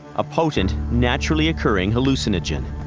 a potent, naturally occurring hallucinogen.